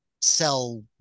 sell